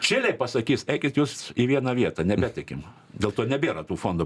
čilėj pasakys eikit jūs į vieną vietą nebetikim dėl to nebėra tų fondo